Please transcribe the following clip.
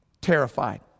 Terrified